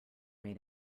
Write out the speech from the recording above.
made